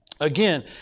Again